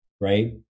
right